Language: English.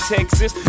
Texas